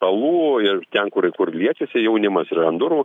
stalų ir ten kur kur liečiasi jaunimas ir an durų